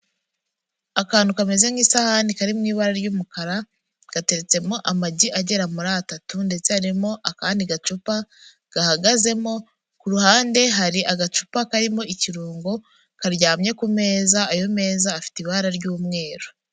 Akantu kameze nk'isahani kari mu ibara ry'umukara, gateretsemo amagi agera muri atatu ndetse harimo akandi gacupa gahagazemo ku ruhande hari agacupa karimo ikirungo karyamye ku meza, ayo meza afite ibara ry'umweru.